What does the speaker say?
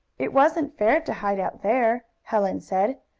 it wasn't fair to hide out there, helen said.